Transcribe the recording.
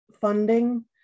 funding